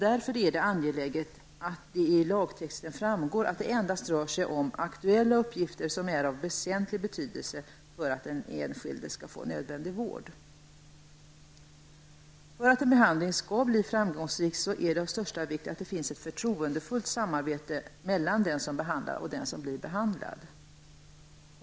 Därför är det angeläget att det av lagtexten framgår att det endast rör sig om aktuella uppgifter som är av väsentlig betydelse för att den enskilde skall få nödvändig vård. För att en behandling skall bli framgångsrik är det av största vikt att det finns ett förtroendefullt samarbete mellan den som behandlar och den som blir behandlad.